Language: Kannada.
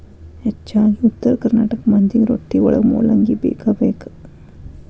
ಹೆಚ್ಚಾಗಿ ಉತ್ತರ ಕರ್ನಾಟಕ ಮಂದಿಗೆ ರೊಟ್ಟಿವಳಗ ಮೂಲಂಗಿ ಬೇಕಬೇಕ